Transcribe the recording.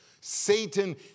Satan